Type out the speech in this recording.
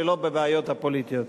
ולא בבעיות הפוליטיות.